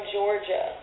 Georgia